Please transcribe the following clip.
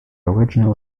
original